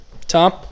Tom